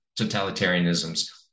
totalitarianisms